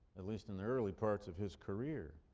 at least in the early parts of his career.